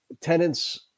tenants